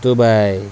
Dubai